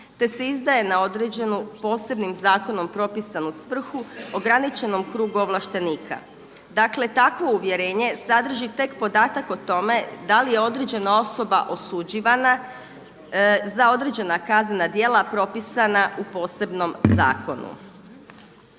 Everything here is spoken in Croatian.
te se izdaje na određenu posebnim zakonom propisanu svrhu ograničenom krugu ovlaštenika. Dakle, takvo uvjerenje sadrži tek podatak o tome da li je određena osoba osuđivana za određena kaznena djela propisana u posebnom zakonu.